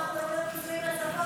על איזה כסף אתה מדבר?